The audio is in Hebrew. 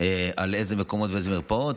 על איזה מקומות ועל איזה מרפאות,